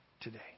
today